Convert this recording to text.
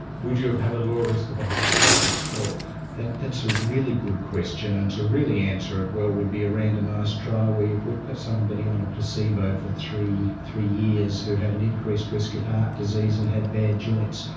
would you have had a lower risk of a heart attack or stroke? that's a really good question, and to really answer it well would be a randomised trial where you put put somebody on a placebo for three three years who had an increased risk of heart disease and had bad joints,